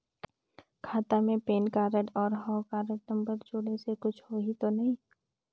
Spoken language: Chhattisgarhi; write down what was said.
खाता मे पैन कारड और हव कारड नंबर जोड़े से कुछ होही तो नइ?